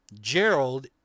Gerald